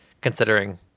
considering